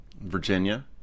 virginia